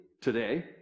today